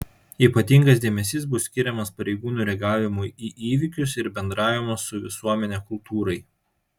ypatingas dėmesys bus skiriamas pareigūnų reagavimui į įvykius ir bendravimo su visuomene kultūrai